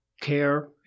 care